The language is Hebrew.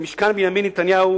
ממשכן בנימין נתניהו